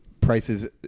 prices